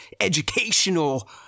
educational